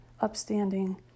upstanding